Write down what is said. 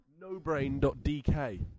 nobrain.dk